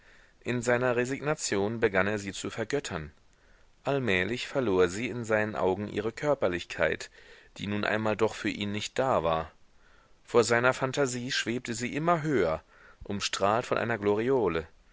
in seiner resignation begann er sie zu vergöttern allmählich verlor sie in seinen augen ihre körperlichkeit die nun einmal doch für ihn nicht da war vor seiner phantasie schwebte sie immer höher umstrahlt von einer gloriole